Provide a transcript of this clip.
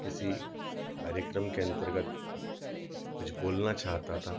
किसी कार्यक्रम के अंतर्गत कुछ बोलना चाहता था